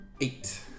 Eight